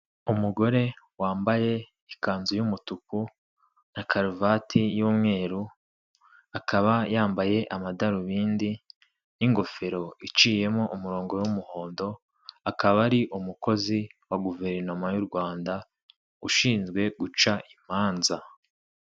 Umugore wambaye ikanzu y'umutuku na karuvati y'umweru akaba yambaye amadarubindi n'ingofero iciyemo umurongo w'umuhondo, akaba ari umukozi wa guverinoma y'u Rwanda ushinzwe guca imanza.